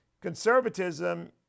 conservatism